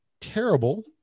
terrible